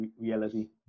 reality